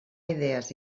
idees